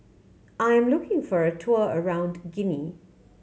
I'm looking for a tour around Guinea